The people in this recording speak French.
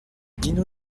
dino